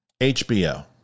HBO